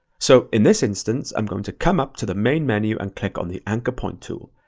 so in this instance, i'm going to come up to the main menu and click on the anchor point tool.